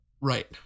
Right